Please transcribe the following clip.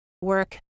work